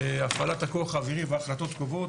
הפעלת הכוח האווירי והחלטות קובעות.